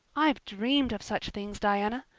i've dreamed of such things, diana.